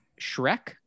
Shrek